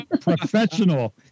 professional